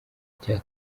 cya